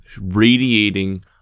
radiating